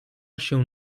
się